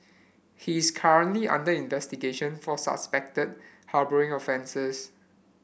he is currently under investigation for suspected harbouring offences